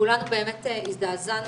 כולנו באמת הזדעזענו